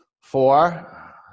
four